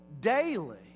daily